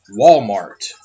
Walmart